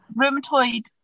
rheumatoid